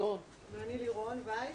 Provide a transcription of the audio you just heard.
אני לירון וייס,